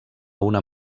una